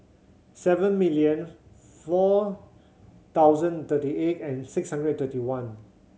seven million four thousand thirty eight and six hundred thirty one